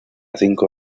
cinco